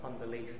Unbelief